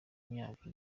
myaka